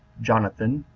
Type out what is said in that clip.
jonathan,